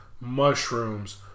mushrooms